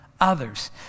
others